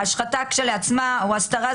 ההשחתה כשלעצמה או הסתרה,